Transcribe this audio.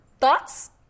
Thoughts